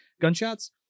gunshots